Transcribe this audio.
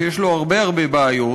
שיש לו הרבה בעיות,